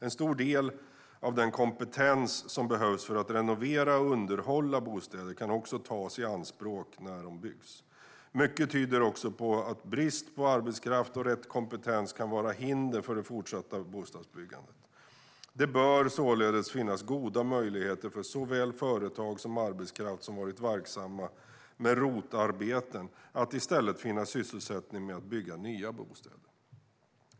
En stor del av den kompetens som behövs för att renovera och underhålla bostäder kan också tas i anspråk när bostäder byggs. Mycket tyder också på att brist på arbetskraft och rätt kompetens kan vara hinder för det fortsatta bostadsbyggandet. Det bör således finnas goda möjligheter för såväl företag som arbetskraft som varit verksamma med ROT-arbeten att i stället finna sysselsättning med att bygga nya bostäder.